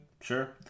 sure